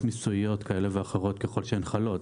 מיסוייות כאלה ואחרות ככל שהן חלות,